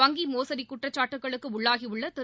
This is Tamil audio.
வங்கி மோசுடி குற்றச்சாட்டுகளுக்கு உள்ளாகி உள்ள திரு